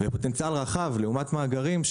והפוטנציאל רחב לעומת מאגרים,